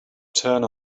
turn